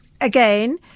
again